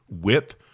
width